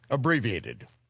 abbreviated.